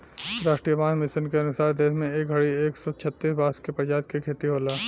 राष्ट्रीय बांस मिशन के अनुसार देश में ए घड़ी एक सौ छतिस बांस के प्रजाति के खेती होला